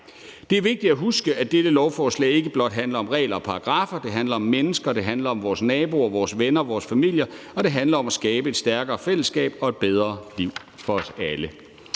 Det er vigtigt at huske, at dette lovforslag ikke blot handler om regler og paragraffer, men om mennesker, vores naboer, vores venner og vores familier, og det handler om at skabe et stærkere fællesskab og et bedre liv for os alle.